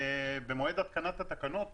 במועד התקנת התקנות,